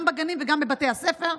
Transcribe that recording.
גם בגנים וגם בבתי הספר,